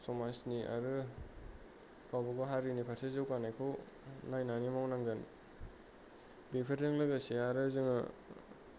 समाजनि आरो गावबागाव हारिनि फारसे जौगानायखौ नायनानै मावनांगोन बेफोरजों लोगोसे आरो जोङो